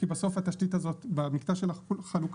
כי בסוף התשתית הזאת במקטע של החלוקה,